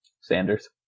Sanders